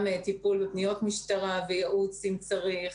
טיפול בפניות משטרה וייעוץ אם צריך.